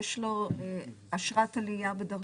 שיש לו אשרת עלייה ודרכון,